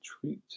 treat